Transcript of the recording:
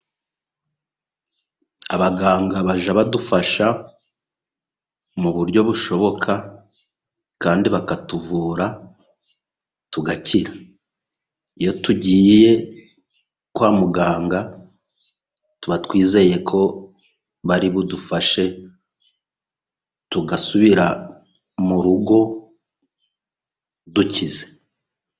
Abaganga bajya badufasha mu buryo bushoboka, kandi bakatuvura tugakira. Iyo tugiye kwa muganga , tuba twizeye ko bari budufashe, tugasubira mu rugo dukize.